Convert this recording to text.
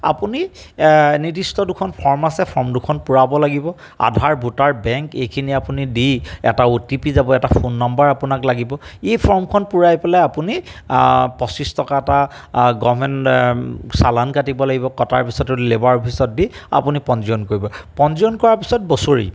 আপুনি নিৰ্দিষ্ট দুখন ফৰ্ম আছে ফৰ্ম দুখন পূৰাব লাগিব আধাৰ ভোটাৰ বেংক এইখিনি আপুনি দি এটা অ' টি পি যাব এটা ফোন নম্বৰ আপোনাক লাগিব এই ফৰ্মখন পূৰাই পেলাই আপুনি পঁচিছ টকা এটা গভমেণ্ট চালান কাটিব লাগিব কটাৰ পাছতো লেবাৰ অফিচত দি আপুনি পঞ্জীয়ন কৰিব পঞ্জীয়ন কৰাৰ পিছত বছৰি